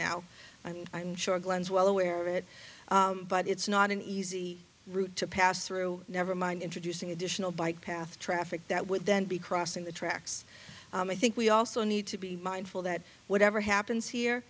and i'm sure glenn's well aware of it but it's not an easy route to pass through never mind introducing additional bike path traffic that would then be crossing the tracks i think we also need to be mindful that whatever happens here